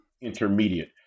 intermediate